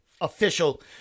official